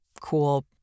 cool